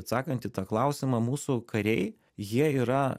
atsakant į tą klausimą mūsų kariai jie yra